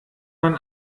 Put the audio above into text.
man